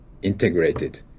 Integrated